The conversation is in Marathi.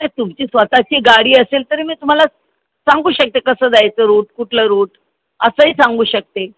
नाही तुमची स्वतःची गाडी असेल तरी मी तुम्हाला सांगू शकते कसं जायचं रूट कुठलं रूट असंही सांगू शकते